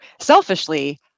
selfishly